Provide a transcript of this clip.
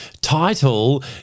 title